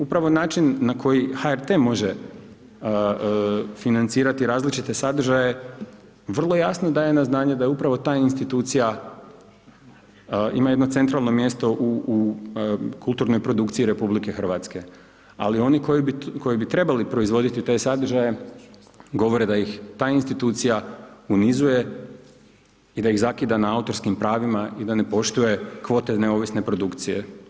Upravo način na koji HRT može financirati različite sadržaje, vrlo jasno daje na znanje da je upravo ta institucija ima jedno centralno mjesto u kulturnoj produkciji RH, ali oni koji bi trebali proizvoditi te sadržaje, govore da ih ta institucija unizuje i da ih zakida na autorskim pravima i da ne poštuje kvote neovisne produkcije.